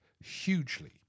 hugely